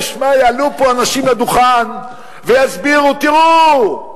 ויעלו פה אנשים לדוכן ויסבירו: תראו.